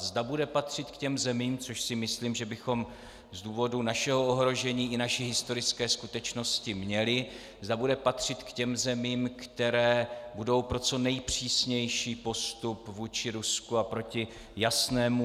Zda bude patřit k těm zemím což si myslím, že bychom z důvodu našeho ohrožení i naší historické skutečnosti měli zda bude patřit k těm zemím, které budou pro co nejpřísnější postup vůči Rusku a proti jasnému (?)